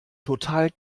total